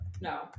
No